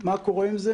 מה קורה עם זה?